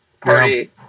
party